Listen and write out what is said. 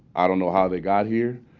i don't know how they got here.